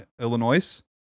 Illinois